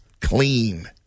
clean